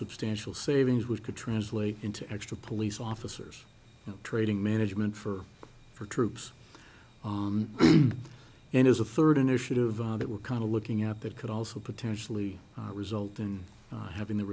substantial savings which could translate into extra police officers trading management for for troops and as a third initiative that we're kind of looking at that could also potentially result in having the